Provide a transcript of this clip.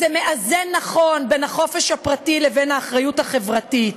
זה מאזן נכון בין החופש הפרטי לבין האחריות החברתית,